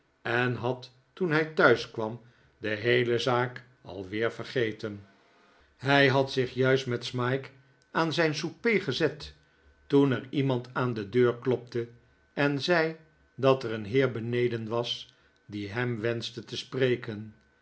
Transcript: en had toen hij thuis kwam de heele zaak alweer vergeten hij had zich juist met smike aan zijn souper gezet toen er iemand aan de deur klopte en zei dat er een heer beneden was die hem wenschte te spreken